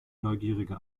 neugierige